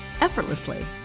effortlessly